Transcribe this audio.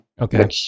Okay